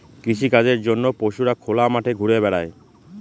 কৃষিকাজের জন্য পশুরা খোলা মাঠে ঘুরা বেড়ায়